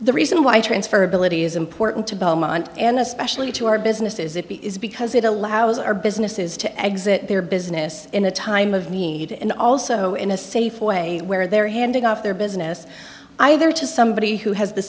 the reason why transfer ability is important to belmont and especially to our business is it is because it allows our businesses to exit their business in a time of need and also in a safe way where they're handing off their business either to somebody who has the